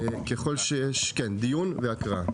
בבקשה.